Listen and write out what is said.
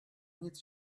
nic